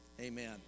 amen